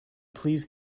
please